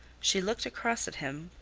she looked across at him,